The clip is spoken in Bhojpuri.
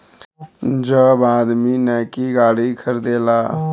जब आदमी नैकी गाड़ी खरीदेला